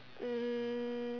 um